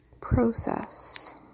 Process